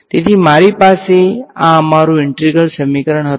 તેથી મારી પાસે આ અમારું ઈન્ટેગ્રલ સમીકરણ હતું